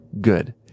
good